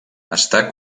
està